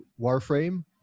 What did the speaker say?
Warframe